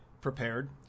prepared